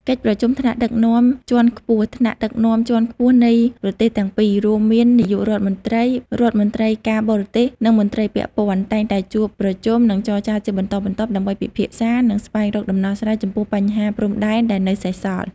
កិច្ចប្រជុំថ្នាក់ដឹកនាំជាន់ខ្ពស់ថ្នាក់ដឹកនាំជាន់ខ្ពស់នៃប្រទេសទាំងពីរ រួមមាន នាយករដ្ឋមន្ត្រី រដ្ឋមន្ត្រីការបរទេស និងមន្ត្រីពាក់ព័ន្ធ តែងតែជួបប្រជុំ និងចរចាជាបន្តបន្ទាប់ ដើម្បីពិភាក្សា និងស្វែងរកដំណោះស្រាយចំពោះបញ្ហាព្រំដែនដែលនៅសេសសល់។